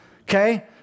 okay